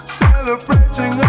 celebrating